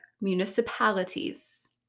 municipalities